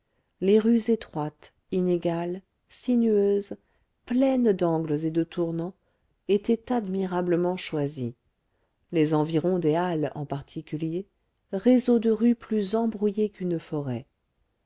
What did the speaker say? les rues étroites inégales sinueuses pleines d'angles et de tournants étaient admirablement choisies les environs des halles en particulier réseau de rues plus embrouillé qu'une forêt